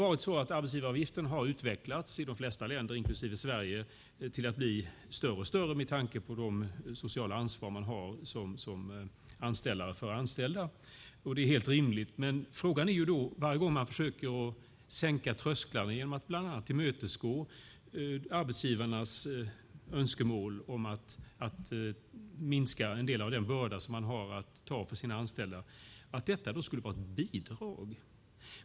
Arbetsgivaravgiften har utvecklats i de flesta länder, inklusive Sverige, till att bli större och större med tanke på det sociala ansvar man som arbetsgivare har för anställda. Det är helt rimligt. Men hur skulle det vara ett bidrag att försöka sänka trösklarna genom att bland annat tillmötesgå arbetsgivarnas önskemål om att få en del av den börda som de har att ta för sina anställda minskad?